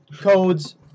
codes